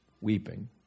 weeping